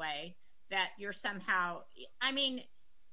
way that you're somehow i mean